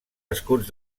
escuts